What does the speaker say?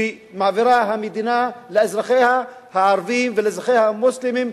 שמעבירה המדינה לאזרחיה הערבים ולאזרחיה המוסלמים,